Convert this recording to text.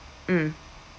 mm